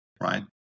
right